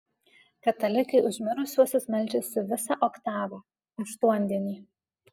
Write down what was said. katalikai už mirusiuosius meldžiasi visą oktavą aštuondienį